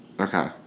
Okay